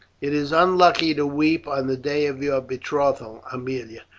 it is unlucky to weep on the day of your betrothal, aemilia.